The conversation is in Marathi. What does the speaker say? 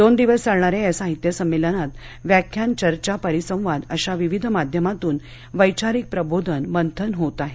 दोन दिवस चालणाऱ्या या साहित्य संमेलनात व्याख्यान चर्चा परिसंवाद अशा विविध माध्यमातून वैचारिक प्रबोधन मंथन होत आहे